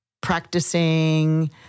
practicing